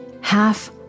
half